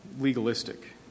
legalistic